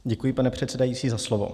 Děkuji, pane předsedající, za slovo.